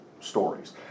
stories